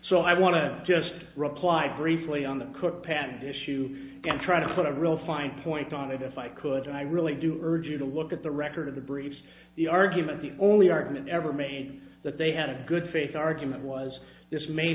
so i want to just reply briefly on the cook pand issue and try to put a real fine point on it if i could and i really do urge you to look at the record of the briefs the argument the only argument ever made that they had a good faith argument was this ma